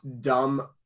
dumb